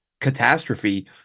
catastrophe